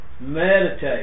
Meditate